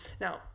Now